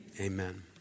Amen